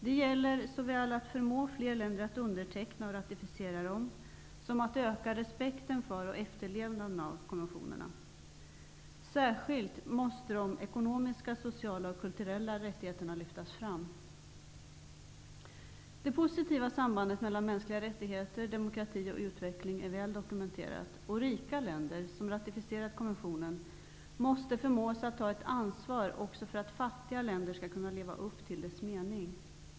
Det gäller såväl att förmå fler länder att underteckna och ratificera dem som att öka respekten för och efterlevnaden av konventionerna. Särskilt måste de ekonomiska, sociala och kulturella rättigheterna lyftas fram. Det positiva sambandet mellan mänskliga rättigheter, demokrati och utveckling är väl dokumenterat. Rika länder som har ratificerat konventionen måste förmås att ta ett ansvar också för att fattiga länder skall kunna leva upp till dess mening.